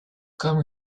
comme